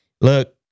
look